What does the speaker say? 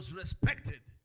respected